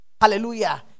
hallelujah